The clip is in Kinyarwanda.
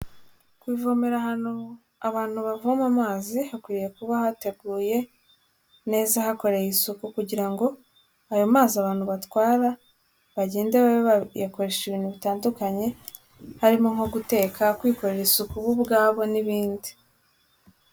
Kuvomera ahantu abantu bavoma amazi, hakwiye kuba hateguye neza hakoreye isuku kugira ngo ayo mazi abantu batwara bagende babe bayakoresha ibintu bitandukanye, harimo nko guteka, kwikorera isuku bo ubwabo n'ibindi.